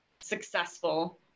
successful